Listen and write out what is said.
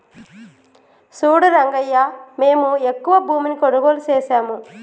సూడు రంగయ్యా మేము ఎక్కువ భూమిని కొనుగోలు సేసాము